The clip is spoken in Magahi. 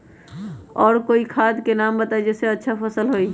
और कोइ खाद के नाम बताई जेसे अच्छा फसल होई?